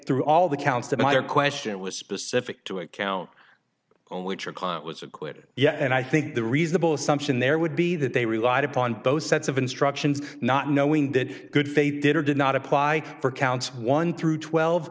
through all the counts of either question was specific to a cow or which your client was acquitted yet and i think the reasonable assumption there would be that they relied upon both sets of instructions not knowing that good faith did or did not apply for counts one through twelve